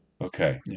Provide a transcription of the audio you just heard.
okay